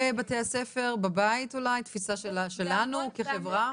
בבתי הספר, בבית אולי, התפיסה שלנו כחברה.